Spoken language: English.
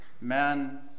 man